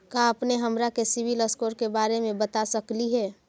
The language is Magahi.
का अपने हमरा के सिबिल स्कोर के बारे मे बता सकली हे?